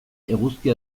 eguzki